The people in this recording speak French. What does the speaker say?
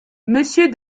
monsieur